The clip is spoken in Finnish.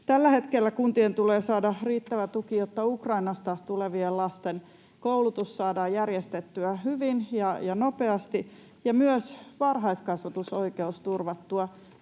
Tällä hetkellä kuntien tulee saada riittävä tuki, jotta Ukrainasta tulevien lasten koulutus saadaan järjestettyä hyvin ja nopeasti ja myös varhaiskasvatusoikeus turvattua